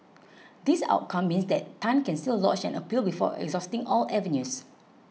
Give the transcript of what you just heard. this outcome means that Tan can still lodge an appeal before exhausting all avenues